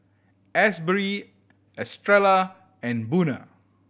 Asbury Estrella and Buna